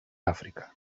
àfrica